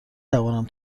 توانم